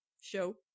show